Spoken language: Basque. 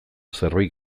zerbait